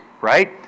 Right